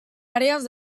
àrees